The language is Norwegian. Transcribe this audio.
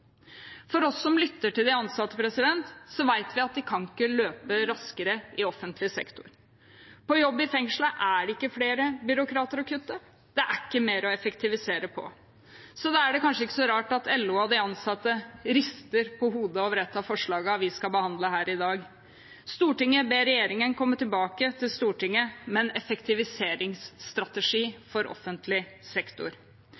lytter til de ansatte, vet at de ikke kan løpe raskere i offentlig sektor. På jobb i fengselet er det ikke flere byråkrater å kutte, det er ikke mer å effektivisere på. Da er det kanskje ikke så rart at LO og de ansatte rister på hodet over et av forslagene vi skal behandle her i dag: «Stortinget ber regjeringen komme tilbake til Stortinget med en